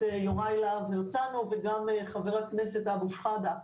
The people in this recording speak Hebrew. יוראי להב הרצנו וגם חבר הכנסת אבו שחאדה.